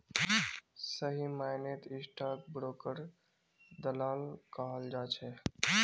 सही मायनेत स्टाक ब्रोकरक दलाल कहाल जा छे